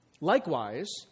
Likewise